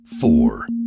four